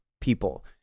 people